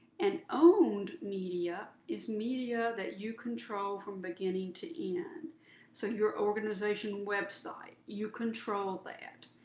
and owned media is media that you control from beginning to end so your organization website, you control that.